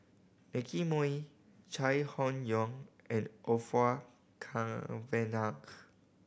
Nicky Moey Chai Hon Yoong and Orfeur Cavenagh